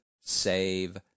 save